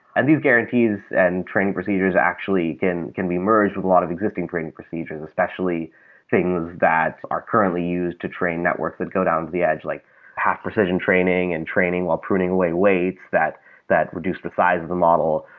and these guarantees and training procedures actually can can be merged with a lot of existing training procedures, especially things that are currently used to train network that go down the edge, like half precision training and training while pruning away weights that that reduce the size of the model.